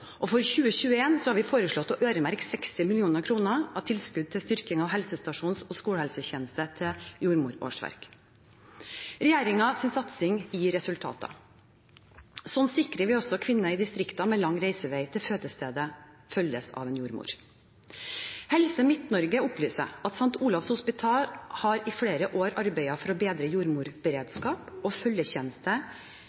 og for 2021 har vi foreslått å øremerke 60 mill. kr av tilskuddet til styrking av helsestasjons- og skolehelsetjenesten til jordmorårsverk. Regjeringens satsing gir resultater. Slik sikrer vi også kvinner i distriktene med lang reisevei til fødestedet følge av jordmor. Helse Midt-Norge opplyser at St. Olavs hospital i flere år har arbeidet for å bedre